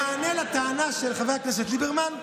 במענה על הטענה של חבר הכנסת ליברמן,